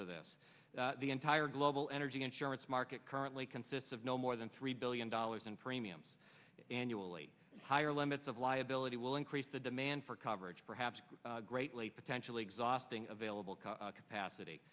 for this the entire global energy insurance market currently consists of no more than three billion dollars in premiums annually and higher limits of liability will increase the demand for coverage perhaps greatly potentially exhausting available capacity